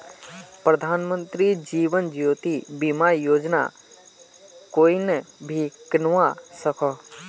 प्रधानमंत्री जीवन ज्योति बीमा योजना कोएन भी किन्वा सकोह